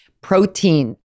Protein